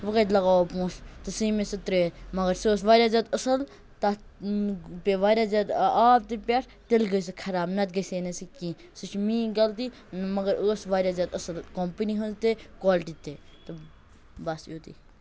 وۄنۍ کَتہِ لَگاوَو پونٛسہٕ تہٕ ژھٕنۍ مےٚ سۄ ترٲوِتھ مگر سُہ ٲسۍ واریاہ زیادٕ اَصٕل تَتھ پیٚیہِ واریاہ زیادٕ آب تہِ پٮ۪ٹھ تیٚلہِ گٔے سٔہ خراب نَتہٕ گژھِ ہے نہٕ سُہ کیٚنہہ سُہ چھِ میٛٲنۍ غلطی مگر ٲسۍ سُہ واریاہ زیادٕ اَصٕل کمپنی ہٕنٛز تہِ کالٹی تہِ تہٕ بَس یوٗتٕے